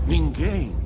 Ninguém